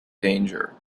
danger